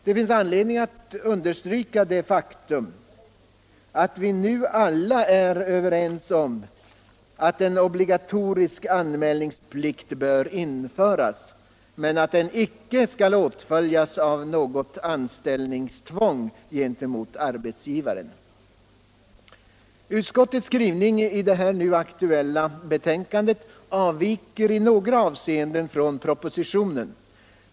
Det finns anledning att understryka det faktum att — m.m. vi nu alla är överens om att en obligatorisk anmälningsplikt bör införas men att den icke skall åtföljas av något anställningstvång gentemot arbetsgivaren. Utskottets skrivning i det nu aktuella betänkandet avviker i några avseenden från propositionen.